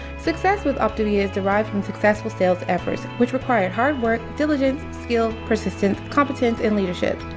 success with optavia is derived from successful sales efforts, which require hard work, diligence, skill, persistence, competence, and leadership.